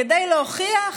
כדי להוכיח